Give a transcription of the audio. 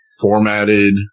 formatted